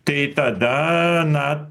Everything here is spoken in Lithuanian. tai tada na